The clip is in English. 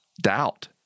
doubt